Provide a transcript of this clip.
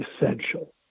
essential